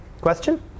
Question